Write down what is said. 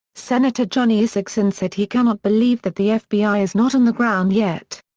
senator johnny isakson said he cannot believe that the fbi is not on the ground yet.